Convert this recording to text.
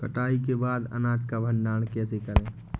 कटाई के बाद अनाज का भंडारण कैसे करें?